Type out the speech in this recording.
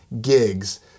gigs